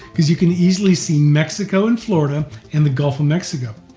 because you can easily see, mexico and florida, and the gulf of mexico.